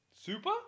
Super